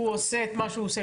הוא עושה את מה שהוא עושה,